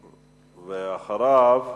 אחריו,